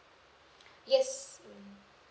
yes mm